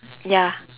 ya